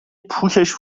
پوکش